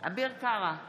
אביר קארה,